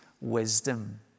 wisdom